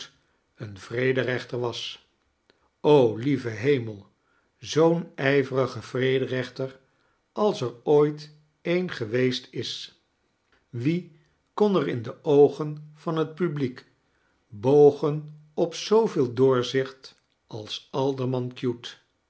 een vrederechter was o lieve hemel zoo'n ijverige vrederechter als er ooit een geweest is wie kon er in de oogen van het publiek bogen op zooveel doorzicht als alderman cute